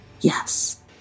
Yes